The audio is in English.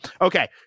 Okay